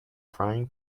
frying